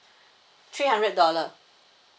three hundred dollar